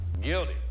guilty